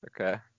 Okay